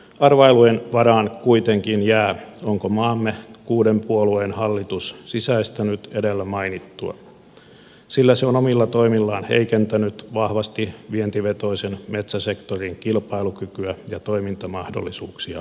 arvailujen varaan kuitenkin jää onko maamme kuuden puolueen hallitus sisäistänyt edellä mainittua sillä se on omilla toimillaan heikentänyt vahvasti vientivetoisen metsäsektorin kilpailukykyä ja toimintamahdollisuuksia maassamme